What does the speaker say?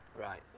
Right